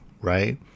right